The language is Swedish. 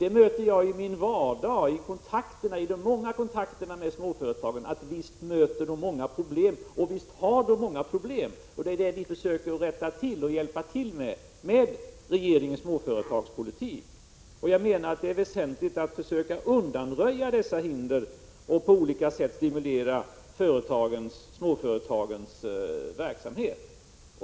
Det är vad jag erfar i min vardag, i de många kontakterna med småföretagen. Så visst möter dessa företag många problem och visst har de många problem. Det är ju det som vi försöker rätta till — vi vill hjälpa till genom regeringens småföretagspolitik. Jag menar att det är väsentligt att försöka undanröja dessa hinder och att på olika sätt stimulera småföretagens verksamhet.